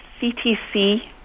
CTC